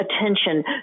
attention